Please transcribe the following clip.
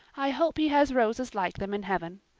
i hope he has roses like them in heaven.